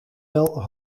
wel